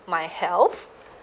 my health